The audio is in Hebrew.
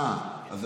אה, אז